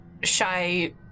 Shy